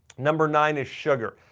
number nine is sugar.